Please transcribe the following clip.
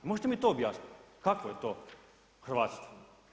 Možete mi to objasniti, kakvo je to hrvatstvo?